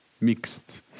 mixed